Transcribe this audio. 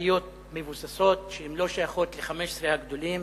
עיריות מבוססות, שלא שייכות ל-15 הגדולות,